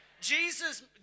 Jesus